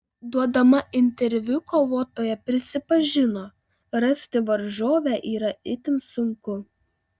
duodama interviu kovotoja prisipažino rasti varžovę yra itin sunku